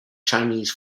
chinese